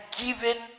given